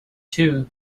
too